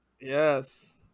Yes